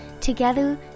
Together